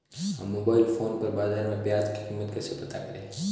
हम mobile phone पर बाज़ार में प्याज़ की कीमत कैसे पता करें?